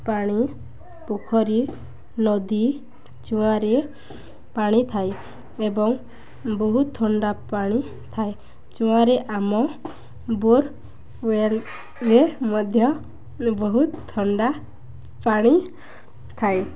ପାଣି ପୋଖରୀ ନଦୀ ଚୁଆଁରେ ପାଣି ଥାଏ ଏବଂ ବହୁତ ଥଣ୍ଡା ପାଣି ଥାଏ ଚୁଆଁରେ ଆମ ବୋର୍ୱେଲ୍ରେ ମଧ୍ୟ ବହୁତ ଥଣ୍ଡା ପାଣି ଥାଏ